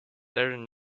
darren